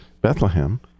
Bethlehem